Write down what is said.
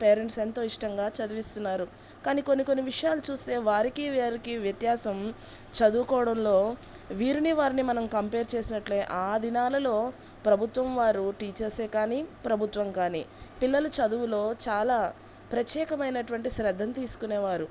parents ఎంతో ఇష్టంగా చదివిస్తున్నారు కానీ కొన్ని కొన్ని విషయాలు చూస్తే వారికి వారికి వ్యత్యాసం చదువుకోవడంలో వీరిని వారిని మనం కంపేర్ చేసినట్లే ఆ దినాలలో ప్రభుత్వం వారు టీచర్సే కానీ ప్రభుత్వం కానీ పిల్లలు చదువులో చాలా ప్రత్యేకమైనటువంటి శ్రద్ధను తీసుకునేవారు